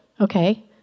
okay